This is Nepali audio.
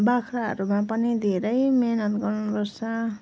बाख्राहरूमा पनि धेरै मिहिनेत गर्नुपर्छ